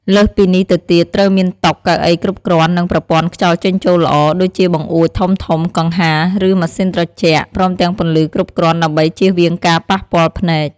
លើសពីនេះទៅទៀត ត្រូវមានតុ កៅអីគ្រប់គ្រាន់ និងប្រព័ន្ធខ្យល់ចេញចូលល្អ ដូចជាបង្អួចធំៗ កង្ហារ ឬម៉ាស៊ីនត្រជាក់ ព្រមទាំងពន្លឺគ្រប់គ្រាន់ដើម្បីជៀសវាងការប៉ះពាល់ភ្នែក។